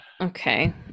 Okay